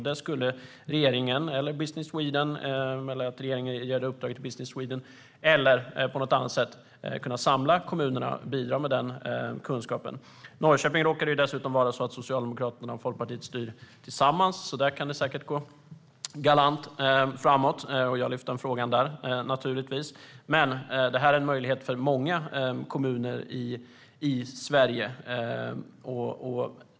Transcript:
Där skulle regeringen eller Business Sweden, kanske genom att regeringen ger ett uppdrag till Business Sweden eller på något annat sätt, kunna samla kommunerna och bidra med den kunskapen. I Norrköping råkar det dessutom vara så att Socialdemokraterna och Folkpartiet styr tillsammans, så där kan det säkert gå galant framåt. Jag har naturligtvis lyft upp frågan där, men detta är en möjlighet för många kommuner i Sverige.